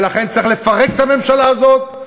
ולכן צריך לפרק את הממשלה הזאת,